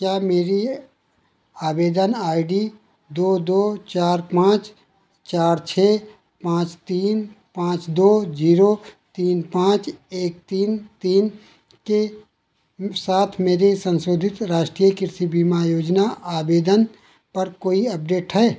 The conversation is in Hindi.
क्या मेरी आवेदन आई डी दो दो चार पाँच चार छः पाँच तीन पाँच दो जीरो तीन पाँच एक तीन तीन के साथ मेरे संशोधित राष्ट्रीय कृषि बीमा योजना आवेदन पर कोई अपडेट है